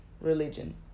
religion